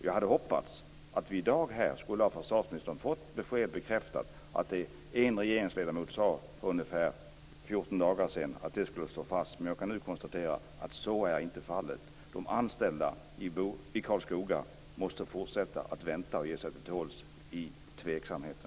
Jag hade hoppats att vi i dag här av försvarsministern skulle ha fått bekräftat att det som en regeringsledamot sade för ungefär 14 dagar sedan skulle stå fast. Men jag kan nu konstatera att så inte är fallet. De anställda i Karlskoga måste fortsätta att vänta och ge sig till tåls i tveksamheten.